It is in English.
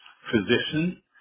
physician